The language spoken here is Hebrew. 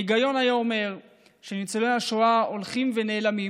ההיגיון היה אומר שניצולי השואה הולכים ונעלמים,